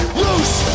loose